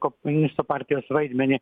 komunistų partijos vaidmenį